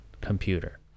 computer